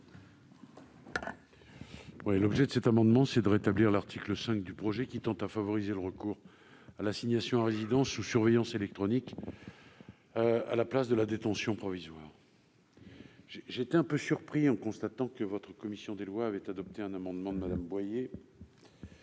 sénateurs, cet amendement a pour objet de rétablir l'article 5 du présent texte, qui tend à favoriser le recours à l'assignation à résidence sous surveillance électronique en lieu et place de la détention provisoire. J'ai été un peu surpris de constater que votre commission des lois avait adopté un amendement de Mme Boyer